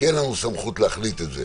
כי אין לנו סמכות להחליט את זה,